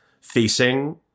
facing